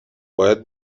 باید